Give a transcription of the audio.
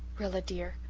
rilla, dear,